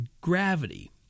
gravity